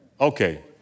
Okay